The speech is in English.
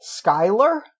Skyler